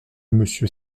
monsieur